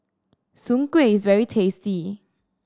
Soon Kuih is very tasty